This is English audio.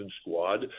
squad